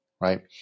Right